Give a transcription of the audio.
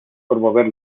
promover